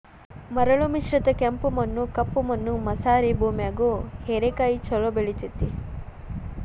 ಮರಳು ಮಿಶ್ರಿತ ಕೆಂಪು ಮಣ್ಣ, ಕಪ್ಪು ಮಣ್ಣು ಮಸಾರೆ ಭೂಮ್ಯಾಗು ಹೇರೆಕಾಯಿ ಚೊಲೋ ಬೆಳೆತೇತಿ